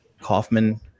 Kaufman